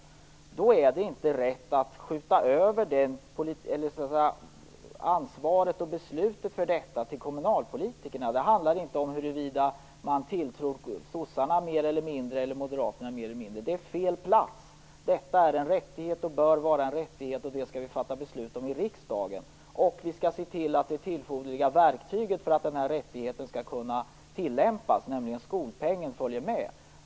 Anser man det, är det inte rätt att skjuta över ansvaret för beslut om detta till kommunalpolitikerna. Det handlar inte om huruvida man tilltror socialdemokraterna eller moderaterna mer eller mindre - det är fel plats! Det här är en rättighet. Det bör vara en rättighet, och det skall vi fatta beslut om i riksdagen. Vi skall också se till att det erforderliga verktyget för att denna rättighet skall kunna tillämpas, nämligen skolpengen, följer med.